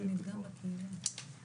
לפי השקעת בתי החולים בתוך המחלקות הפנימיות.